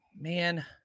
Man